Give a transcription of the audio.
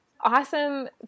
awesome